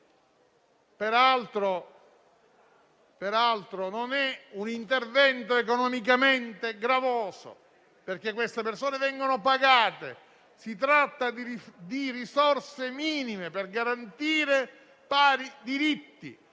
Peraltro non è un intervento economicamente gravoso, perché queste persone vengono pagate; si tratta di risorse minime per garantire pari diritti,